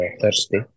thursday